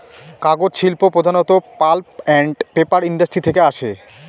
কাগজ শিল্প প্রধানত পাল্প আন্ড পেপার ইন্ডাস্ট্রি থেকে আসে